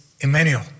Emmanuel